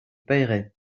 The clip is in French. paierai